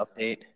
update